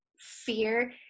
fear